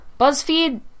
BuzzFeed